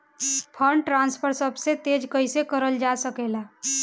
Fund transfer सबसे तेज कइसे करल जा सकेला?